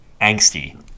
angsty